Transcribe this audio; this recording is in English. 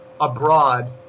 abroad